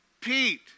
Pete